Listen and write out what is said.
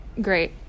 great